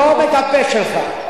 בלום את הפה שלך.